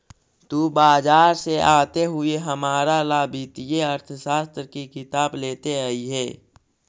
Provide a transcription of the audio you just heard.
तु बाजार से आते हुए हमारा ला वित्तीय अर्थशास्त्र की किताब लेते अइहे